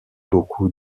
beaucoup